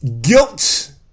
guilt